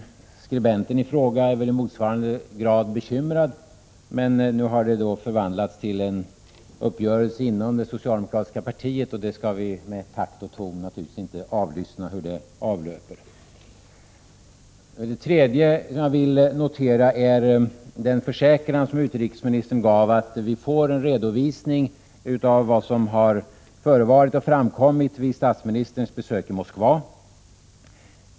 Skribenten i fråga är väl i motsvarande grad bekymrad, men nu har saken förvandlats till en uppgörelse inom det socialdemokratiska partiet, och med iakttagande av takt och ton skall vi naturligtvis inte avlyssna hur det avlöper. Det tredje jag vill notera är den försäkran som utrikesministern gav att vi skall få en redovisning av vad som har förevarit och framkommit vid statsministerns besök i Moskva.